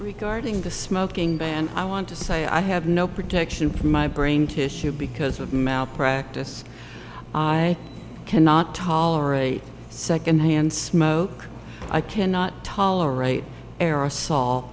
regarding the smoking ban i want to say i have no protection from my brain tissue because of malpractise i cannot tolerate second hand smoke i cannot tolerate a